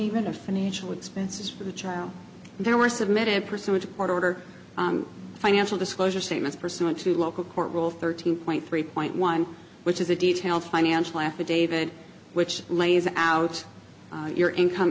read a financial expenses for the child there were submitted pursuant to court order financial disclosure statements pursuant to local court rule thirteen point three point one which is a detail financial affidavit which lays out your income